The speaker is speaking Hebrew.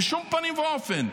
בשום פנים ואופן.